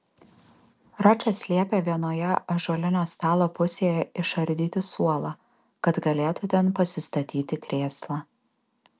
ročas liepė vienoje ąžuolinio stalo pusėje išardyti suolą kad galėtų ten pasistatyti krėslą